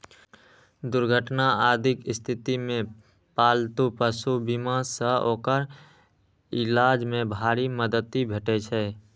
दुर्घटना आदिक स्थिति मे पालतू पशु बीमा सं ओकर इलाज मे भारी मदति भेटै छै